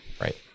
Right